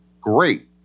great